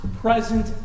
present